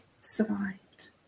survived